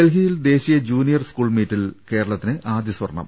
ഡൽഹിയിൽ ദേശീയ junior school മീറ്റിൽ കേരളത്തിന് ആദ്യ സ്വർണം